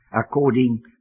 according